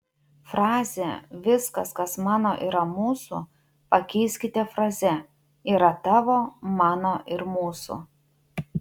frazę viskas kas mano yra mūsų pakeiskite fraze yra tavo mano ir mūsų